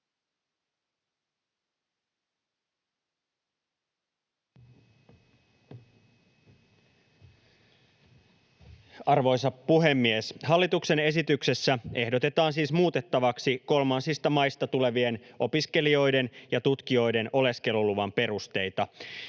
Arvoisa puhemies! Hallituksen esityksessä ehdotetaan siis muutettavaksi kolmansista maista tulevien opiskelijoiden ja tutkijoiden oleskeluluvan perusteita.